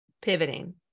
Pivoting